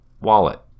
wallet